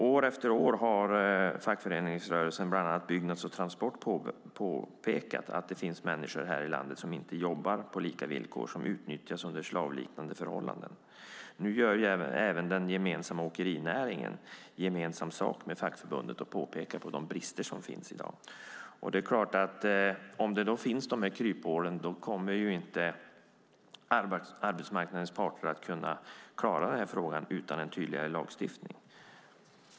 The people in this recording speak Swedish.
År efter år har fackföreningsrörelsen, bland annat Byggnads och Transport, påpekat att det finns människor här i landet som inte jobbar på lika villkor och som utnyttjas under slavliknande förhållanden. Nu gör även åkerinäringen gemensam sak med fackförbunden och påpekar de brister som finns i dag. Om de här kryphålen finns kommer inte arbetsmarknadens parter att kunna klara den här frågan utan en tydligare lagstiftning.